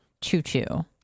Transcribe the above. choo-choo